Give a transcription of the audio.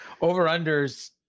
Over-unders